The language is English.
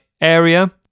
area